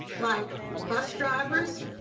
like bus drivers,